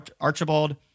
Archibald